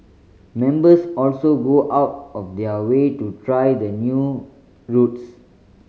members also go out of their way to try the new routes